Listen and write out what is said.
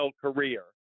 career